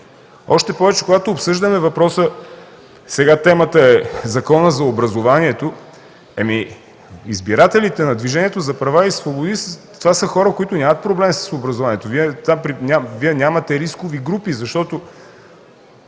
Още повече, когато обсъждаме въпроса – сега темата е Законът за образованието. Ами, избирателите на Движението за права и свободи са хора, които нямат проблем с образованието. Вие нямате рискови групи, защото